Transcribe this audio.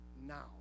now